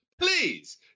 Please